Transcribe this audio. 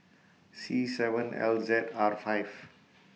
C seven L Z R five